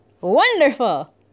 wonderful